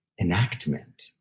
enactment